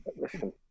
listen